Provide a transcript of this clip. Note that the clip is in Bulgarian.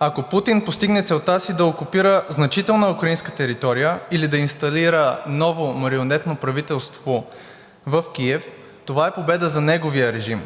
Ако Путин постигне целта си да окупира значителна украинска територия или да инсталира ново марионетно правителство в Киев, това е победа за неговия режим,